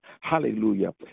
Hallelujah